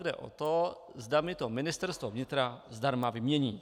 Jde o to, zda mi to Ministerstvo vnitra zdarma vymění.